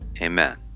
amen